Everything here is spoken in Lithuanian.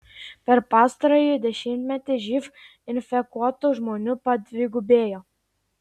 per pastarąjį dešimtmetį živ infekuotų žmonių padvigubėjo